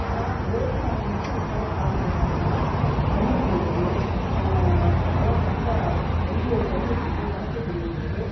ஆனால் இருபத்தி நாலு மணி நேரமும் இந்த ஃபோனை பார்த்துட்டு உக்காந்துருந்தா கண் போயிடுது தலை மண்டை வலி வலி எடுத்துக்குது புடக்கட்டு வலி எடுத்துக்குது